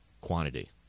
quantity